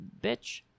bitch